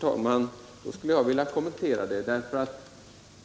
Herr talman! Då skulle jag vilja kommentera det.